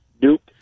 Duke